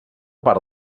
part